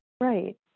Right